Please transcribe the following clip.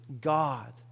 God